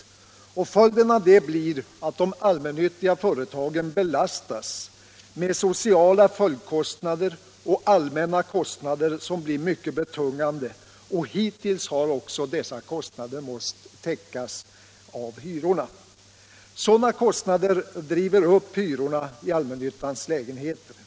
Följden Torsdagen den av detta blir att de allmännyttiga företagen belastas med sociala följd 31 mars 1977 kostnader och allmänna kostnader som blir mycket betungande, och hit= = tills har också dessa kostnader måst täckas av hyrorna. Sådana kostnader = Anslag till bostadsdriver upp hyrorna i allmännyttans lägenheter.